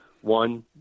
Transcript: one